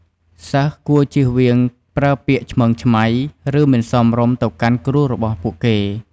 សិស្សគួរចៀសវាងប្រើពាក្យឆ្មើងឆ្មៃ ឬ មិនសមរម្យទៅកាន់គ្រូរបស់ពួកគេ។